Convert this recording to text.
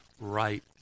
right